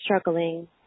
struggling